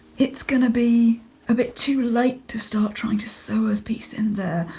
it's going to be a bit too late to start trying to sew a piece in there.